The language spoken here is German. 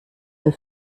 für